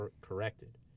corrected